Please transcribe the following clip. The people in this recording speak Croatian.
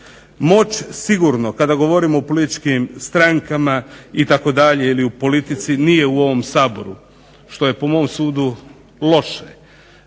Moć sigurno kada govorimo o političkim strankama itd. ili u politici nije u ovom Saboru što je po mom sudu loše.